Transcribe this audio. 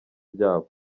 byabo